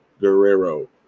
Guerrero